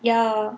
ya